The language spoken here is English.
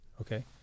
Okay